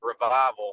revival